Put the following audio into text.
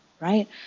right